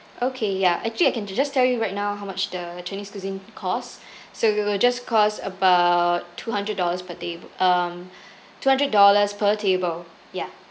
okay ya actually I can ju~ just tell you right now how much the chinese cuisine cost so it'll just cost about two hundred dollars per tab~ um two hundred dollars per table ya